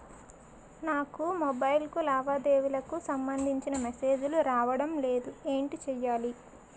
నాకు మొబైల్ కు లావాదేవీలకు సంబందించిన మేసేజిలు రావడం లేదు ఏంటి చేయాలి?